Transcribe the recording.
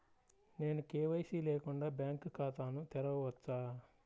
నేను కే.వై.సి లేకుండా బ్యాంక్ ఖాతాను తెరవవచ్చా?